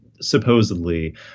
supposedly